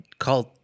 called